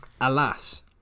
Alas